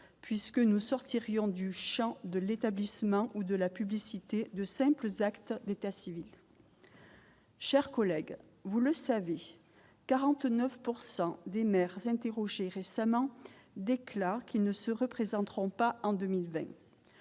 puisque nous sortirions du Champ de l'établissement ou de la publicité, de simples actes d'état civil. Chers collègues, vous le savez, 49 pour 100 des maires s'interrogeait récemment déclare qu'ils ne se représenteront pas en 2020,